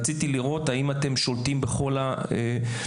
רציתי לראות האם אתם שולטים בכל הפרמטרים.